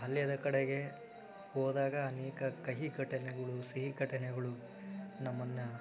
ಬಾಲ್ಯದ ಕಡೆಗೆ ಹೋದಾಗ ಅನೇಕ ಕಹಿ ಘಟನೆಗಳು ಸಿಹಿ ಘಟನೆಗಳು ನಮ್ಮನ್ನು